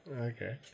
Okay